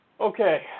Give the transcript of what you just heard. Okay